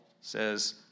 says